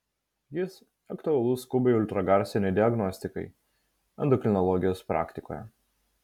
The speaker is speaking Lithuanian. jis aktualus skubiai ultragarsinei diagnostikai endokrinologijos praktikoje